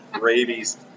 Rabies